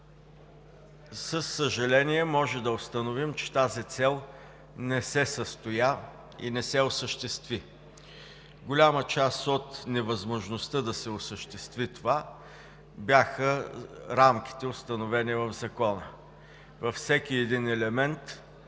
със съжаление можем да установим, че тази цел не се състоя и не се осъществи. Голяма част от невъзможността да се осъществи това бяха рамките, установени в Закона. Във всеки един елемент